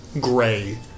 gray